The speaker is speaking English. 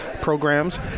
programs